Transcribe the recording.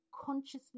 consciously